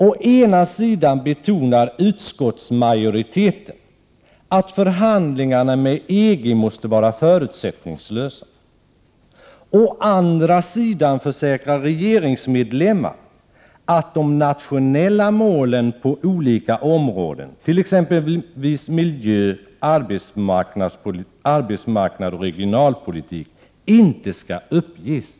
Å ena sidan betonar utskottsmajoriteten att förhandlingarna med EG måste vara förutsättningslösa. Å andra sidan försäkrar regeringsmedlemmar att de nationella målen på olika områden, t.ex. beträffande miljö, arbetsmarknad och regionalpolitik, inte skall uppges.